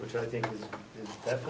which i think that